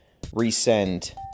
resend